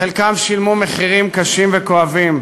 חלקם שילמו מחירים קשים וכואבים,